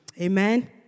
Amen